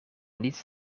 niet